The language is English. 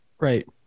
Right